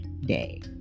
day